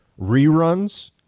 reruns